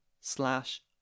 slash